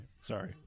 Sorry